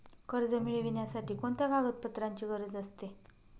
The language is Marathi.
कर्ज मिळविण्यासाठी कोणत्या कागदपत्रांची गरज असते?